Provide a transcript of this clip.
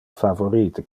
favorite